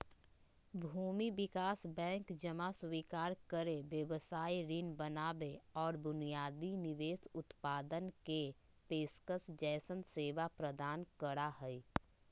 भूमि विकास बैंक जमा स्वीकार करे, व्यवसाय ऋण बनावे और बुनियादी निवेश उत्पादन के पेशकश जैसन सेवाएं प्रदान करा हई